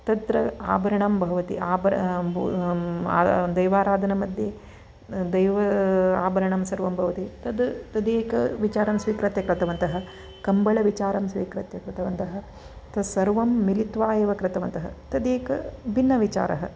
तत्र आभरणं भवति आभणं बू दैवाराधनमध्ये दैव आभरणं सर्वं भवति तद् तदेक विचारं स्वीकृत्य कृतवन्तः कम्बळविचारं स्वीकृत्य कृतवन्तः तत्सर्वं मिलित्त्वा एव कृतवन्तः तदेक भिन्न विचारः